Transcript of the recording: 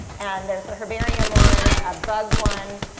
and there's a herbarium one, a bug one,